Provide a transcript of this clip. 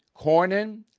Cornyn